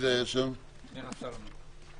ננעלה בשעה